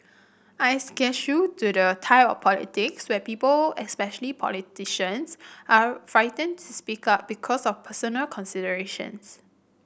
I eschew to the type of politics where people especially politicians are frightened to speak up because of personal considerations